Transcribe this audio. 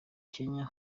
kenya